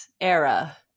era